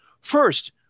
First